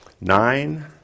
Nine